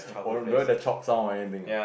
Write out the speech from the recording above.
oh don't have the chop sound or anything ah